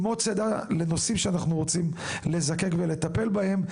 עוד אופציות לנושאים שאנחנו רוצים לזקק וטפל בהם.